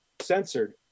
censored